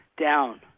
down